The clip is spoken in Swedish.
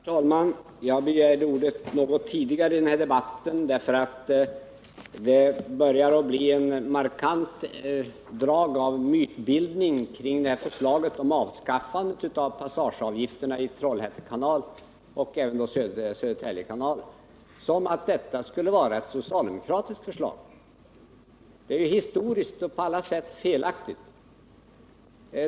Herr talman! Jag begärde ordet för en stund sedan därför att denna debatt Onsdagen den börjar få ett markant drag av mytbildning vad gäller förslaget om avskaffande 6 december 1978 av passageavgifterna i Trollhätte kanal och i Södertälje kanal, innebärande att det skulle vara fråga om ett socialdemokratiskt förslag. Det är historiskt och på alla andra sätt felaktigt.